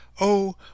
Oh